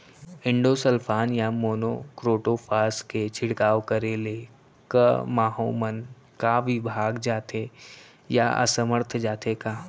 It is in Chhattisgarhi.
इंडोसल्फान या मोनो क्रोटोफास के छिड़काव करे ले क माहो मन का विभाग जाथे या असमर्थ जाथे का?